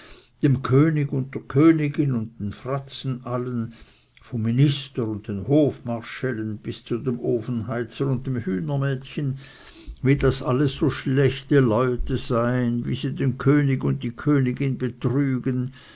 dem könig und der königin und den fratzen allen vom minister und den hofmarschällen bis zu dem ofenheizer und dem hühnermädchen wie das alles so schlechte leute seien wie sie den könig und die königin betrügen